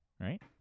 Right